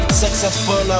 successful